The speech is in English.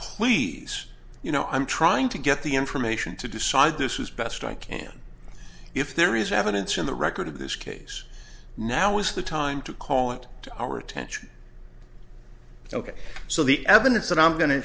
please you know i'm trying to get the information to decide this is best i can if there is evidence in the record of this case now is the time to call it to our attention ok so the evidence